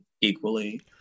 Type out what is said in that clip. equally